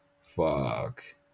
Fuck